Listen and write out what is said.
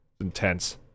Intense